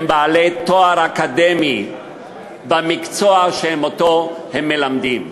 בעלי תואר אקדמי במקצוע שאותו הם מלמדים,